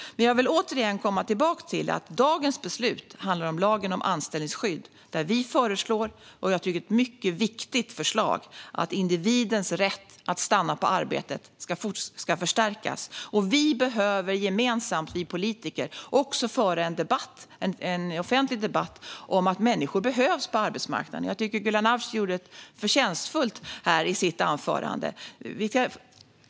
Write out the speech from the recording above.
Jag vill återigen komma tillbaka till att det beslut vi debatterar i dag handlar om lagen om anställningsskydd. Vi lägger fram ett mycket viktigt förslag. Det handlar om att individens rätt att stanna på arbetet ska förstärkas. Vi politiker behöver gemensamt föra en offentlig debatt om att människor behövs på arbetsmarknaden. Jag tycker att Gulan Avci gjorde det förtjänstfullt i sitt anförande.